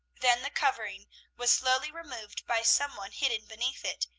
then the covering was slowly removed by some one hidden beneath it,